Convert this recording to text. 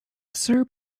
serb